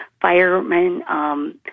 firemen